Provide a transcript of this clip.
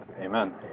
Amen